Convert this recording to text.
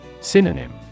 Synonym